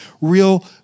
real